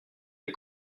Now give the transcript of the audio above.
les